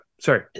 sorry